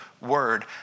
word